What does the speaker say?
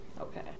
Okay